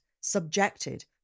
subjected